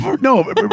No